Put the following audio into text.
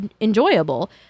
enjoyable